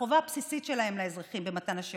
החובה הבסיסית שלהם לאזרחים במתן השירותים.